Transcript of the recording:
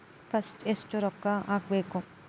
First ಎಷ್ಟು ರೊಕ್ಕ ಹಾಕಬೇಕು?